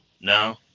No